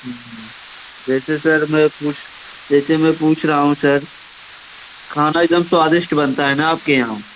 हम्म जैसे सर मैं पूछ जैसे मैं पूछ रहा हूँ सर खाना एकदम स्वादिष्ट बनता है ना आपके यहाँ